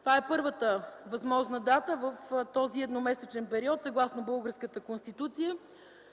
Това е първата възможна дата в този едномесечен период съгласно българската Конституция.